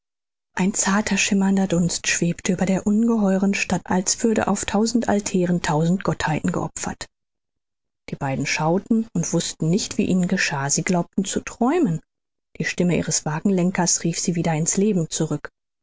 ein zarter schimmernder dunst schwebte über der ungeheuren stadt als würde auf tausend altären tausend gottheiten geopfert die beiden schauten und wußten nicht wie ihnen geschah sie glaubten zu träumen die stimme ihres wagenlenkers rief sie wieder ins leben zurück